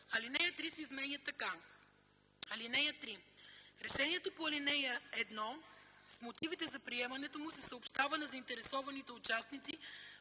алинея 3 се изменя така: „(3) Решението по ал. 1 с мотивите за приемането му се съобщава на заинтересованите участници